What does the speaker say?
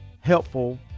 helpful